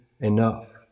enough